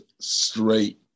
straight